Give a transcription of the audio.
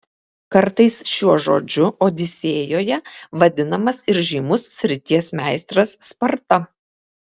kartais šiuo žodžiu odisėjoje vadinamas ir žymus srities miestas sparta